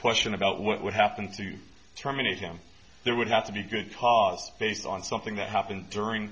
question about what would happen to you terminate him there would have to be a good cost face on something that happened during